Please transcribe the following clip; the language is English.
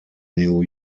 new